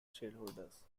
shareholders